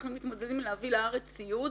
אנחנו מתמודדים עם האפשרות להביא לארץ ציוד